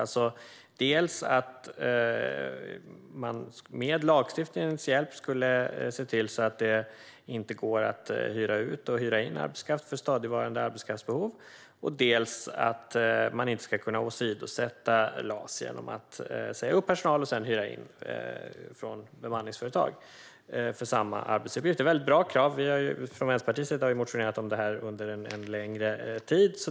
Dels skulle man med hjälp av lagstiftning se till att det inte går att hyra ut och hyra in arbetskraft för stadigvarande arbetskraftsbehov, dels skulle LAS inte gå att åsidosättas genom att säga upp personal och sedan hyra in från bemanningsföretag för samma arbetsuppgifter. Det var bra krav, och vi från Vänsterpartiets sida har motionerat om dem under en längre tid.